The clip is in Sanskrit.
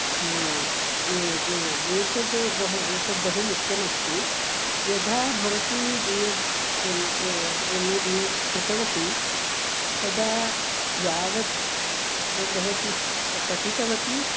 हा ए एतद् बहु एतद् बहु मुख्यमस्ति यदा भवती B Ed M A M A B Ed कृतवती तदा यावत् भवती पठितवती